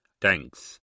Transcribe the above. Thanks